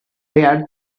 dared